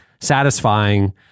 satisfying